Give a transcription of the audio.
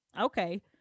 okay